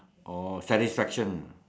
or satisfaction